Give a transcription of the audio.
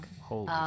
Holy